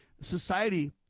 Society